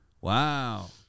Wow